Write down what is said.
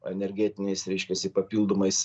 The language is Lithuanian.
energetiniais reiškiasi papildomais